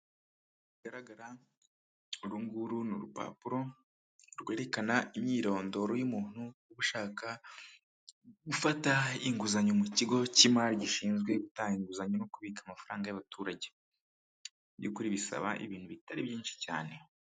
Bigaragara urunguru n'urupapuro rwerekana imyirondoro y'umuntu ushaka gufata inguzanyo mu kigo cy'imari gishinzwe gutanga inguzanyo no kubika amafaranga y'abaturage by'ukuri bisaba ibintu bitari byinshi cyane.